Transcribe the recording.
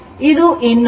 ಇದು ಇನ್ನೊಂದು